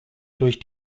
durch